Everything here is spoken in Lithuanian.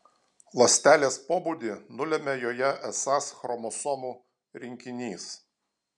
ląstelės pobūdį nulemia joje esąs chromosomų rinkinys